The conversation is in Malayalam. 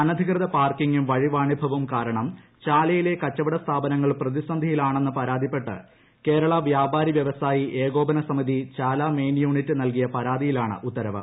അനധികൃത പാർക്കിംഗും വഴിവാണിഭവും കാരണം ചാലയിലെ കച്ചവട സ്ഥാപനങ്ങൾ പ്രതിസന്ധിയിലാണെന്ന് പരാതിപ്പെട്ട് കേരള വ്യാപാരി വ്യവസായി ഏകോപന സമിതി ചാല മെയിൻ യൂണിറ്റ് നൽകിയ പരാതിയിലാണ് ഉത്തരവ്